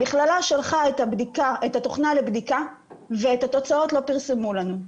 המכללה שלחה את התוכנה לבדיקה ואת התוצאות לא פרסמו לנו.